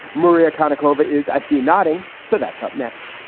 maria konnikova is. i see. nodding. so that's up next